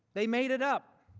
they made it up.